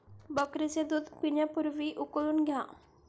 बकरीचे दूध पिण्यापूर्वी उकळून घ्या